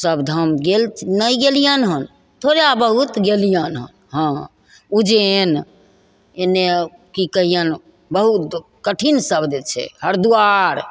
सब धाम गेल नहि गेलिअनि हँ थोड़े बहुत गेलिअनि हँ हाँ उज्जैन एन्ने कि कहिअनि बहुत कठिन शब्द छै हरिद्वार